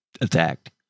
attacked